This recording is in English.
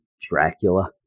Dracula